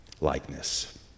likeness